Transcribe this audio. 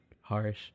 harsh